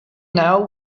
now